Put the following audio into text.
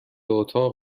اتاق